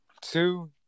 Two